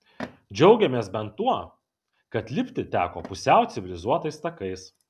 džiaugėmės bent tuo kad lipti teko pusiau civilizuotais takais